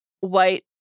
white